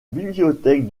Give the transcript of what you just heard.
bibliothèque